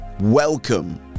welcome